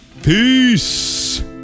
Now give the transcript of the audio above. Peace